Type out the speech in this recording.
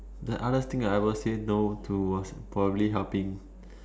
the hardest thing I ever say no to was probably helping